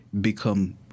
become